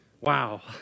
Wow